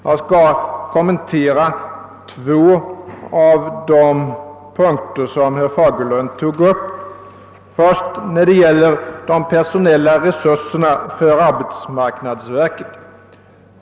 Jag skall kommentera två av de punkter som herr Fagerlund tog upp. Den första gäller de personella resurserna för arbetsmarknadsverket.